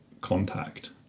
contact